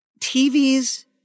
TV's